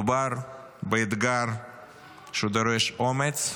מדובר באתגר שדורש אומץ,